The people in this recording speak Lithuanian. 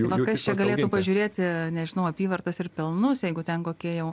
gal kas čia galėt pažiūrėti nežinau apyvartas ir pelnus jeigu ten kokie jau